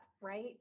right